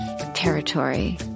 territory